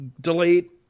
delete